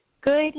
Good